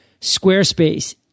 Squarespace